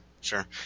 sure